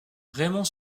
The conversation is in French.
raymond